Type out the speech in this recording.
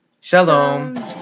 Shalom